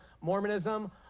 Mormonism